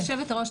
היושבת-ראש,